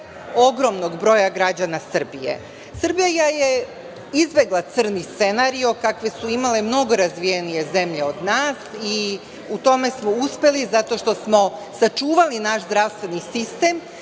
ogromnog broja građana Srbije. Srbija je izbegla crni scenario kakve su imale mnogo razvijenije zemlje od nas i u tome smo uspeli zato što smo sačuvali naš zdravstveni sistem